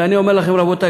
ואני אומר לכם: רבותי,